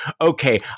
okay